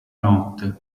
notte